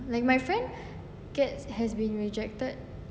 ya like my friend keat has been rejected